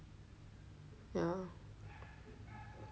ya